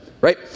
right